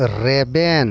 ᱨᱮᱵᱮᱱ